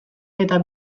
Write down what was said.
eta